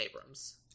Abrams